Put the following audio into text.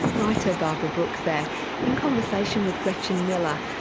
writer barbara brooks there in conversation with gretchen miller.